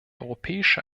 europäische